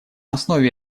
основе